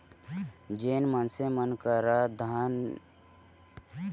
जेन मनसे मन करा बनेच धन दो गानी रथे ओमन तो अपन संपत्ति के बीमा करवाबेच करथे